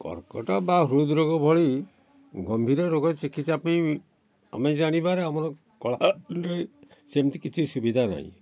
କର୍କଟ ବା ହୃଦ୍ରୋଗ ଭଳି ଗମ୍ଭୀର ରୋଗର ଚିକିତ୍ସା ପାଇଁ ବି ଆମେ ଜାଣିବାରେ ଆମର କଳା ହାଣ୍ଡିରେ ସେମିତି କିଛି ସୁବିଧା ନାହିଁ